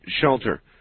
shelter